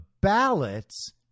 ballots